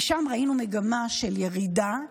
ושם ראינו מגמה של ירידה,